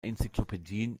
enzyklopädien